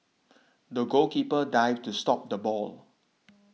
the goalkeeper dived to stop the ball